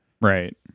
right